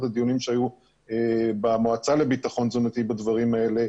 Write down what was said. הדיונים שהיו במועצה לביטחון תזונתי בדברים האלה,